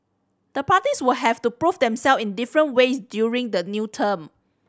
the parties will have to prove themselves in different ways during the new term